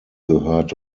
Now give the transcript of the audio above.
gehört